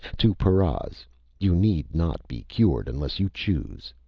to paras you need not be cured unless you choose.